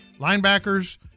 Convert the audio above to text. Linebackers